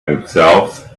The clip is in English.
themselves